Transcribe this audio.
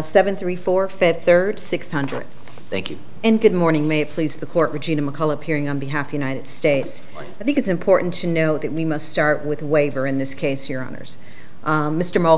seven three four fifth third six hundred thank you and good morning may please the court regina mccall appearing on behalf united states i think it's important to note that we must start with waiver in this case your honour's mr mal